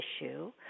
issue